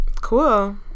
Cool